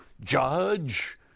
judge